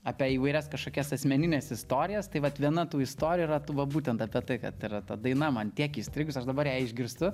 apie įvairias kažkokias asmenines istorijas tai vat viena tų istorijų yra tų vat būtent apie tai kad yra ta daina man tiek įstrigus aš dabar ją išgirstu